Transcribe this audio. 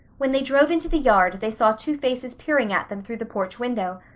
when they drove into the yard they saw two faces peering at them through the porch window.